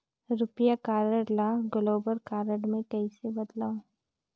रुपिया कारड ल global card मे कइसे बदलव?